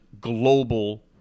global